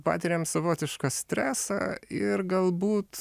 patiriam savotišką stresą ir galbūt